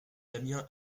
damien